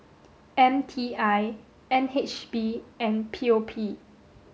M T I N H B and P O P